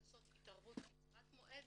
לעשות התערבות קצרת מועד,